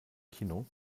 kino